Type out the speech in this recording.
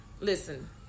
listen